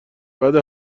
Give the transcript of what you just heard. بعد